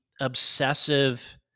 obsessive